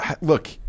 Look